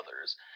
others